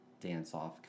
dance-off